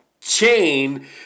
chain